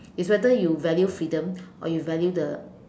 it's whether you value freedom or you value the